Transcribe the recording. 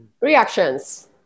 reactions